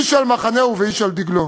איש על מחנהו ואיש על דגלו.